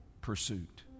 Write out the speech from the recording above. pursuit